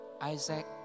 Isaac